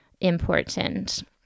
important